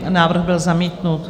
Návrh byl zamítnut.